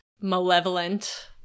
malevolent